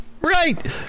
right